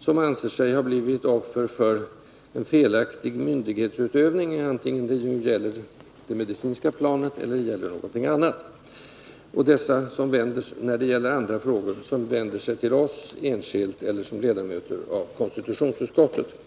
som anser sig ha blivit offer för en felaktig myndighetsutövning och som vänder sig till oss enskilt eller som ledamöter av konstitutionsutskottet.